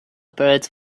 birds